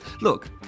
Look